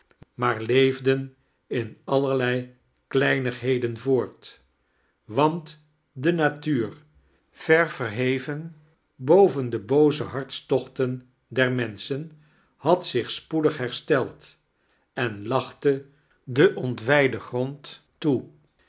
maar leefden in allerled kleinigheden voort want de natuur ver verheven boven de booze hartstochten der menschen had zich spoedig hersteld en lachte den ontwijden grond toe